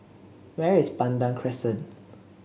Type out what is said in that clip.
where is Pandan Crescent